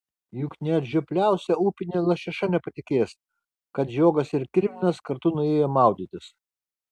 juk net žiopliausia upinė lašiša nepatikės kad žiogas ir kirminas kartu nuėjo maudytis